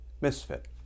misfit